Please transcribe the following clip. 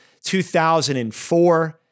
2004